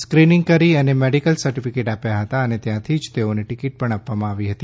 screening કરી અને medical certificate આપ્યા હતા અને ત્યાથી જ તેઓને ટિકિટ પણઆપવામાં આવી હતી